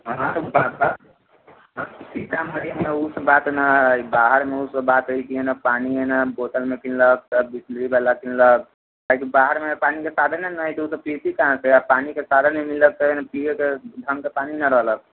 सीतामढ़ीमे ओ सभ बात नहि हय बाहरमे ओ सभ बात हय कि इहाँ नहि पानि हय बोतलमे किनलक तब बिसलरी बला किनलक किआकि बाहरमे पानिके साधने नहि हय तऽ ओ सभ पिबथिन कहाँ से पानिके साधने नहि मिलत तऽ ढङ्ग कऽ पानी नहि रहलक